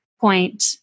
point